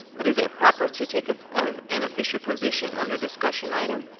but is it proper to take ah ah an official position under discussion item?